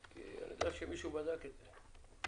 כי אני יודע שמישהו בדק את זה.